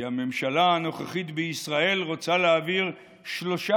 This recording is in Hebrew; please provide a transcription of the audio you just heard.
כי הממשלה הנוכחית בישראל רוצה להעביר שלושה